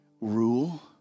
rule